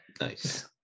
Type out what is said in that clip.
Nice